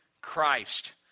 Christ